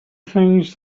things